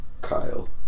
Kyle